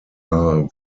are